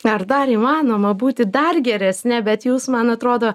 ar dar įmanoma būti dar geresne bet jūs man atrodo